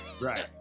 Right